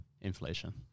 inflation